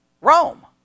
Rome